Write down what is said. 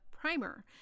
primer